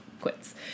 quits